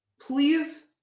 Please